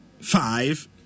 five